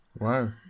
wow